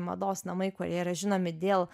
mados namai kurie yra žinomi dėl